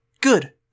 Good